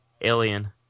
Alien